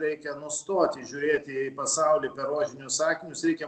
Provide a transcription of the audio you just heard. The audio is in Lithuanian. reikia nustoti žiūrėti į pasaulį per rožinius akinius reikia